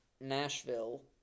Nashville